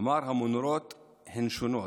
אמר: המנורות הן שונות,